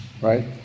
right